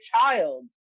Child